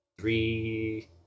three